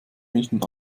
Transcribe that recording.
münchen